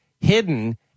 hidden